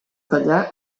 tallar